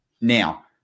Now